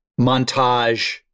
montage